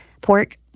Pork